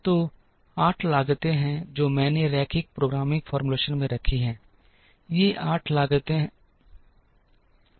तो 8 लागतें हैं जो मैंने रैखिक प्रोग्रामिंग फॉर्मूलेशन में रखी हैं ये 8 लागतें हैं